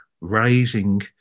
raising